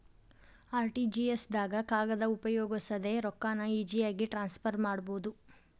RTGS ದಾಗ ಕಾಗದ ಉಪಯೋಗಿಸದೆ ರೊಕ್ಕಾನ ಈಜಿಯಾಗಿ ಟ್ರಾನ್ಸ್ಫರ್ ಮಾಡಬೋದು